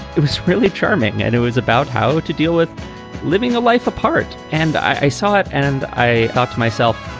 it was really charming and it was about how to deal with living a life apart. and i saw it and i thought to myself,